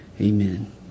Amen